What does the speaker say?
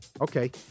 Okay